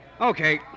Okay